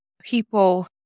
people